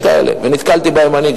יש כאלה, ונתקלתי בהם גם אני.